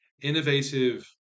innovative